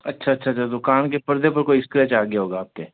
अच्छा अच्छा अच्छा तो कान के पर्दे पर कोई स्क्रैच आ गया होगा आप के